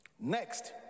Next